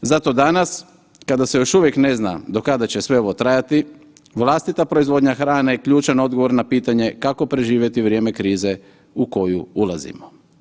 Zato danas kada se još uvijek ne zna do kada će sve ovo trajati, vlastita proizvodnja hrane ključan je odgovor na pitanje, kako preživjeti vrijeme krize u koju ulazimo.